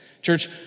Church